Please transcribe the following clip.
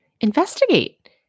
investigate